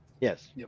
yes